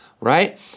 right